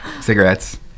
cigarettes